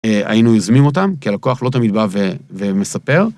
היינו יוזמים אותם, כי הלקוח לא תמיד בא ומספר.